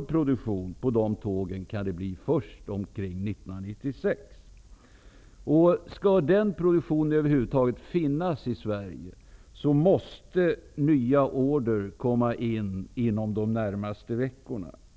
att de inte kan komma i full produktion förrän först omkring 1996. För att produktionen av dem över huvud taget skall kunna förläggas till Sverige måste nya order komma in under de närmaste veckorna.